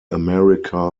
america